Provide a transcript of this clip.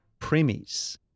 premies